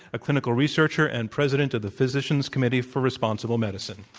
a clinical researcher and president of the physicians committee for responsible medicine.